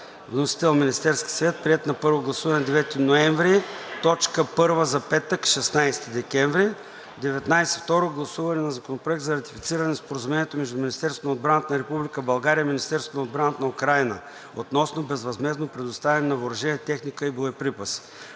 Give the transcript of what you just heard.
октомври 2022 г. Приет е на първо гласуване на 9 ноември 2022 г. – точка първа за петък, 16 декември 2022 г. 19. Второ гласуване на Законопроекта за ратифициране на Споразумението между Министерството на отбраната на Република България и Министерството на отбраната на Украйна относно безвъзмездно предоставяне на въоръжение, техника и боеприпаси.